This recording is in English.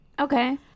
Okay